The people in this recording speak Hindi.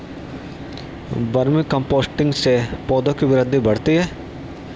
वर्मी कम्पोस्टिंग से पौधों की वृद्धि बढ़ती है